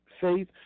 Faith